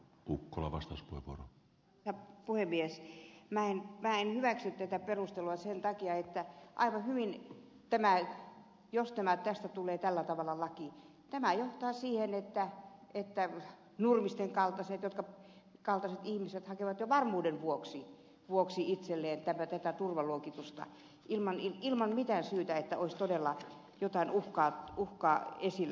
minä en hyväksy tätä perustelua sen takia että aivan hyvin jos tästä tulee tällä tavalla laki tämä johtaa siihen että nurmisten kaltaiset ihmiset hakevat jo varmuuden vuoksi itselleen tätä turvaluokitusta ilman mitään syytä ilman että olisi todella jotain uhkaa esillä